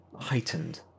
heightened